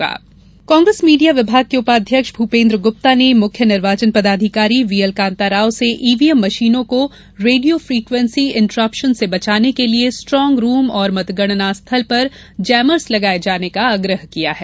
Congress Bhupendra Gupta Congress media विभाग के उपाध्यक्ष भूपेन्द्र गुप्ता ने मुख्य निर्वाचन पदाधिकारी वी एल कांताराव से ईवीएम मशीनों को रेडियो फ्रीक्वेंसी इन्ट्रप्शन से बचाने के लिये स्ट्रांग रूम और मतगणना स्थल पर जैमर्स लगाये जाने का आग्रह किया है